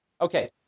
Okay